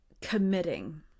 committing